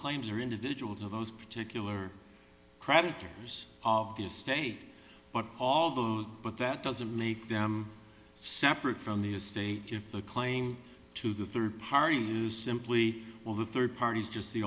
claims are individual to those particular creditors of the estate but all those but that doesn't make them separate from the estate if the claim to the third party you simply will the third party is just the